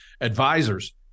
advisors